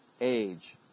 age